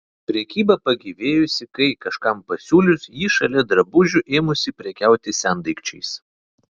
prekyba pagyvėjusi kai kažkam pasiūlius ji šalia drabužių ėmusi prekiauti sendaikčiais